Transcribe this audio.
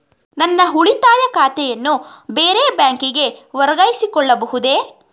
ನನ್ನ ಉಳಿತಾಯ ಖಾತೆಯನ್ನು ಬೇರೆ ಬ್ಯಾಂಕಿಗೆ ವರ್ಗಾಯಿಸಿಕೊಳ್ಳಬಹುದೇ?